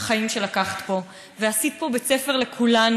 החיים שלקחת, ועשית פה בית ספר לכולנו.